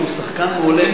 שהוא שחקן מעולה,